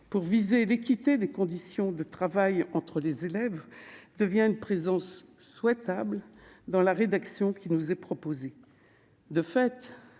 d'assurer l'équité des conditions de travail entre les élèves, devient une présence « souhaitable » dans la rédaction qui nous est proposée. De fait,